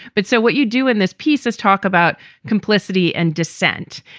but so what you do in this piece is talk about complicity and dissent.